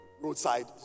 roadside